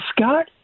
Scott